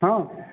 ହଁ